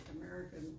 American